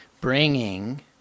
bringing